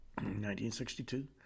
1962